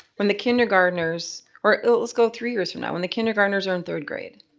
when the kindergartners. or let's go three years from now. when the kindergartners are in third grade?